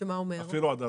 מה זה אומר?